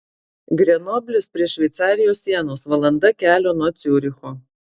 grenoblis prie šveicarijos sienos valanda kelio nuo ciuricho